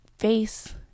Face